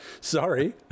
sorry